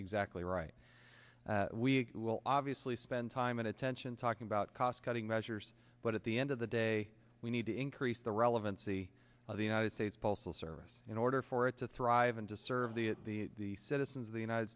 exactly right we will obviously spend time and attention talking about cost cutting measures but at the end of the day we need to increase the relevancy of the united states postal service in order for it to thrive and to serve the the the citizens of the united